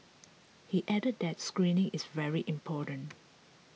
he added that screening is very important